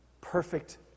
perfect